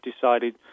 decided